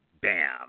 bam